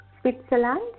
Switzerland